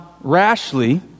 rashly